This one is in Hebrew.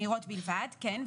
מהירות בלבד, כן.